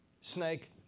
snake